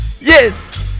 Yes